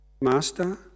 Master